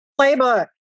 Playbook